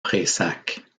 prayssac